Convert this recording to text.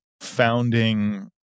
founding